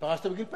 פרשת בגיל פנסיה,